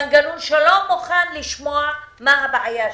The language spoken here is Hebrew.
מנגנון שלא מוכן לשמוע מה הבעיה שלה.